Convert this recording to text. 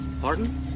pardon